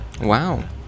Wow